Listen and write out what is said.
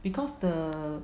because the